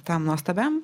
tam nuostabiam